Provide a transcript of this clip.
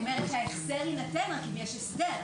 את אומרת שההחזר יינתן רק אם יש הסדר.